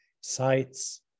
sites